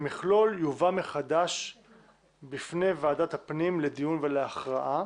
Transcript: המכלול יובא מחדש בפני ועדת הפנים לדיון והכרעה